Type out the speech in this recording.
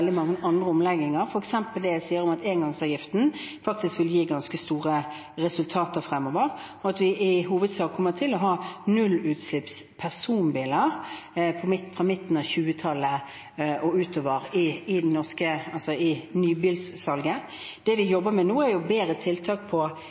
veldig mange andre omlegginger. For eksempel vil engangsavgiften gi ganske store resultater fremover, og når det gjelder nybilsalget, kommer vi i hovedsak til å ha nullutslippspersonbiler fra midten av 2020-tallet og utover. Det vi